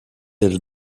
elle